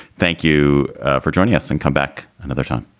thank you for joining us and come back another time.